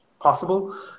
possible